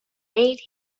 made